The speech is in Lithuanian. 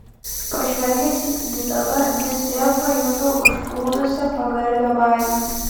pažvelgęs į įdagą jis vėl pajuto užplūdusią pagarbią baimę